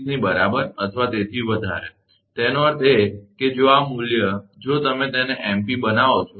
20 ની બરાબર અથવા તેથી વધારે તેનો અર્થ એ કે જો આ મૂલ્ય જો તમે તેને MP બનાવો છો